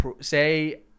say